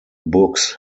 books